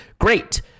Great